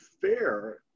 fair